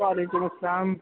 وعلیکم السّلام